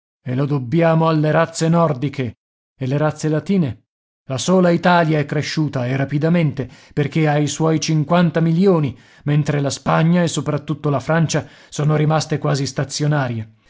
e lo dobbiamo alle razze nordiche e le razze latine la sola italia è cresciuta e rapidamente perché ha i suoi cinquanta milioni mentre la spagna e soprattutto la francia sono rimaste quasi stazionarie